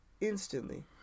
Instantly